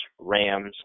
Rams